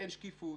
אין שקיפות.